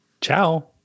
Ciao